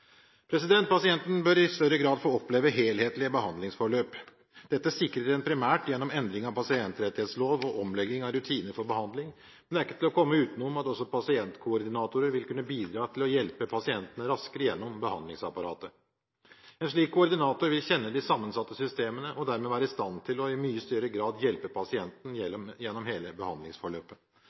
bør i større grad få oppleve helhetlige behandlingsforløp. Dette sikrer en primært gjennom endring av pasientrettighetsloven og omlegging av rutiner for behandling, men det er ikke til å komme utenom at også pasientkoordinatorer vil kunne bidra til å hjelpe pasientene raskere gjennom behandlingsapparatet. En slik koordinator vil kjenne de sammensatte systemene og dermed være i stand til i mye større grad å hjelpe pasienten gjennom hele behandlingsforløpet.